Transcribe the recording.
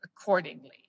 accordingly